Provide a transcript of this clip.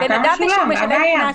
כשאדם משלם קנס,